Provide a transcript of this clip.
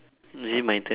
is it my turn